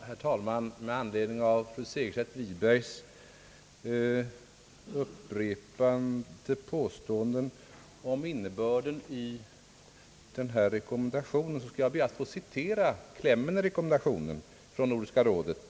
Herr talman! Med anledning av fru Segerstedt Wibergs upprepade påståen den om innebörden av Nordiska rådets rekommendation, skall jag be att få citera klämmen i rekommendationen från Nordiska rådet.